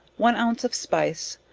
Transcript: one ounce of spice,